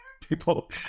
people